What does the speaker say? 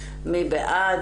מי בעד?